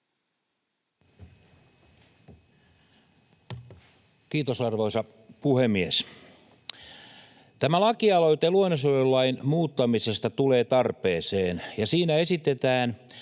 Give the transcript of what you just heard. Kiitos, arvoisa puhemies! Tämä lakialoite luonnonsuojelulain muuttamisesta tulee tarpeeseen. Siinä esitetään